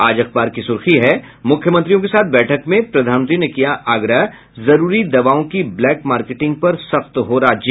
आज अखबार की सुर्खी है मुख्यमंत्रियों के साथ बैठक में प्रधानमंत्री ने किया आग्रह जरूरी दवाओं की ब्लैक मार्केटिंग पर सख्त हो राज्य